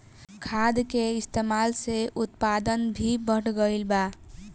खाद के इस्तमाल से उत्पादन भी बढ़ गइल बा